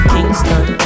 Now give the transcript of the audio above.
Kingston